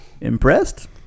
impressed